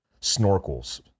snorkels